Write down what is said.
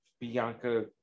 Bianca